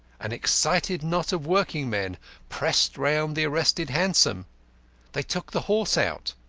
an excited knot of working men pressed round the arrested hansom they took the horse out.